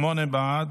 שמונה בעד,